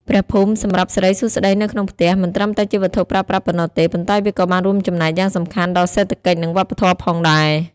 ព្រះភូមិសម្រាប់សិរីសួស្តីនៅក្នុងផ្ទះ មិនត្រឹមតែជាវត្ថុប្រើប្រាស់ប៉ុណ្ណោះទេ ប៉ុន្តែវាក៏បានរួមចំណែកយ៉ាងសំខាន់ដល់សេដ្ឋកិច្ច និងវប្បធម៌ផងដែរ។